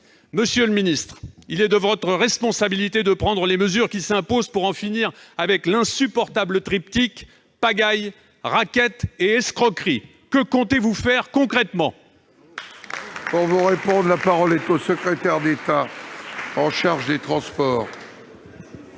Monsieur le secrétaire d'État, il est de votre responsabilité de prendre les mesures qui s'imposent pour en finir avec l'insupportable triptyque : pagaille, racket et escroquerie. Que comptez-vous faire concrètement ? La parole est à M. le secrétaire d'État chargé des transports.